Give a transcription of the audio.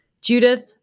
Judith